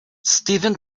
steven